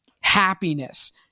happiness